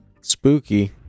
Spooky